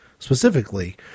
Specifically